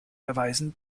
erweisen